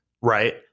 right